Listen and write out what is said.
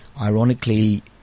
ironically